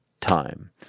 Time